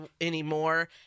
anymore